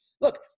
Look